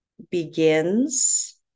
Begins